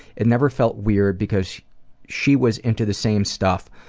it never felt weird because she was into the same stuff,